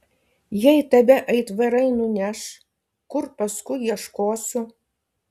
jei tave aitvarai nuneš kur paskui ieškosiu